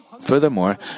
Furthermore